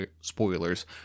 spoilers